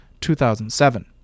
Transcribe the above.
2007